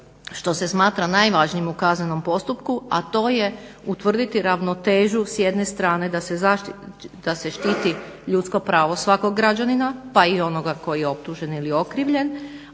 što se smatra najvažnijim u kaznenom postupku, a to je utvrditi ravnotežu. S jedne strane da se štiti ljudsko pravo svakog građanina pa i onoga koji je optužen ili okrivljen,